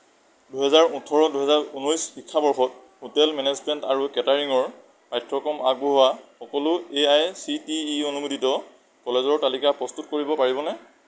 দুহেজাৰ ওঠৰ দুহেজাৰ ঊনৈছ শিক্ষাবৰ্ষত হোটেল মেনেজমেণ্ট আৰু কেটাৰিঙৰ পাঠ্যক্ৰম আগবঢ়োৱা সকলো A I C T E অনুমোদিত কলেজৰ তালিকা প্ৰস্তুত কৰিব পাৰিবনে